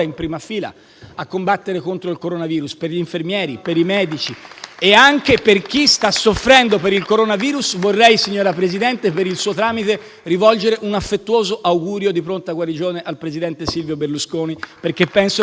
a combattere contro il coronavirus, ovvero gli infermieri, i medici e anche chi sta soffrendo per il coronavirus. (*Applausi*). Signor Presidente, per il suo tramite vorrei rivolgere un affettuoso augurio di pronta guarigione al presidente Silvio Berlusconi perché penso che questo sia